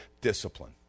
discipline